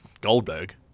Goldberg